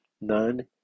none